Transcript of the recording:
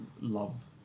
love